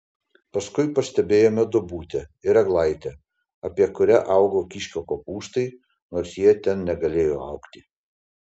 paskui pastebėjome duobutę ir eglaitę apie kurią augo kiškio kopūstai nors jie ten negalėjo augti